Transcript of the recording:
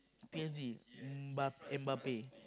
P_S_G um M~ Mbappe